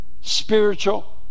spiritual